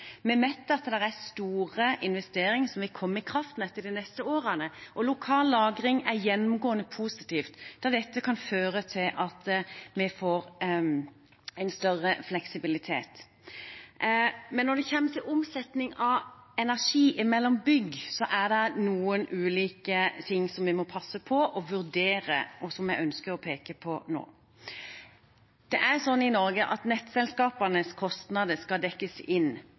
Vi vet at det er store investeringer som vil komme i kraftnettet de neste årene, og lokal lagring er gjennomgående positivt for at det kan føre til at vi får en større fleksibilitet. Men når det kommer til omsetning av energi mellom bygg, er det noen ulike ting som vi må passe på og vurdere, og som vi ønsker å peke på nå. Det er sånn i Norge at nettselskapenes kostnader skal dekkes inn,